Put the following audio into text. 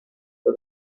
for